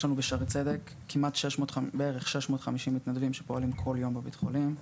יש לנו בשערי צדק כמעט 650 מתנדבים שפועלים כל יום בבית חולים,